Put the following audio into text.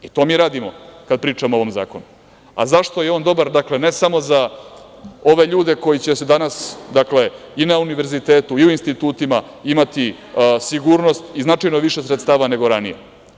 To mi radimo kada pričamo o ovom zakonu, a zašto je on dobar, dakle, ne samo za ove ljude koji će se danas, dakle i na univerzitetu i u institutima imati sigurnost i značajno više sredstava nego ranije.